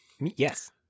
Yes